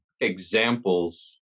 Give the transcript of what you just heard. examples